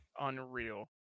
unreal